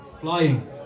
Flying